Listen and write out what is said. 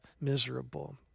miserable